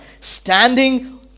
standing